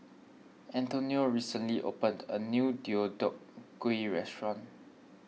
Antonio recently opened a new Deodeok Gui restaurant